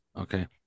Okay